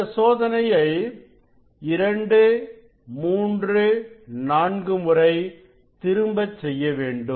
இந்த சோதனையை 234 முறை திரும்ப செய்ய வேண்டும்